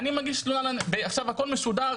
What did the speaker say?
עכשיו הכול משודר,